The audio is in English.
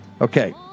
Okay